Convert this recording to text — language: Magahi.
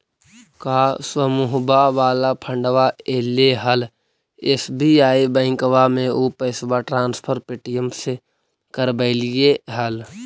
का समुहवा वाला फंडवा ऐले हल एस.बी.आई बैंकवा मे ऊ पैसवा ट्रांसफर पे.टी.एम से करवैलीऐ हल?